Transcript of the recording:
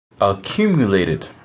Accumulated